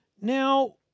Now